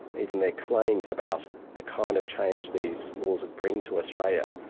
even their claims about the kind of change these rules would bring to australia,